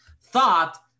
thought